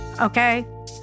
Okay